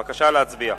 בבקשה להצביע.